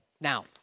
Now